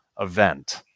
event